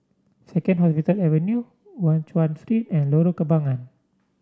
Second Hospital Avenue Guan Chuan Street and Lorong Kembagan